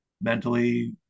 Mentally